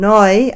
Noi